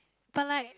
but like